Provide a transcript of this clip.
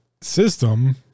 system